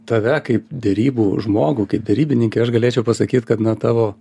tave kaip derybų žmogų kaip derybininkę aš galėčiau pasakyt kad na tavo